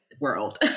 world